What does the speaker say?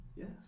Yes